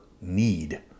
need